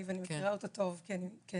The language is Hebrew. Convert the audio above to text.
את ה' ואני מכירה אותה טוב כי אני